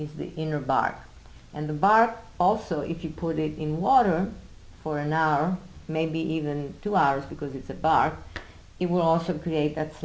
east the inner bark and the bar also if you put it in water for an hour maybe even two hours because it's a bar it will also create